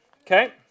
Okay